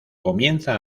comienza